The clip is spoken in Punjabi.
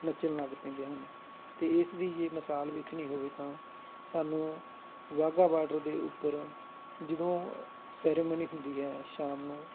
ਨੱਚਣ ਲੱਗ ਪੈਂਦੇ ਹਨ ਅਤੇ ਇਸ ਦੀ ਜੇ ਮਿਸਾਲ ਦੇਖਣੀ ਹੋਵੇ ਤਾਂ ਸਾਨੂੰ ਵਾਹਗਾ ਬਾਡਰ ਦੇ ਉੱਪਰ ਜਦੋਂ ਸੈਰੇਮਨੀ ਹੁੰਦੀ ਹੈ ਸ਼ਾਮ ਨੂੰ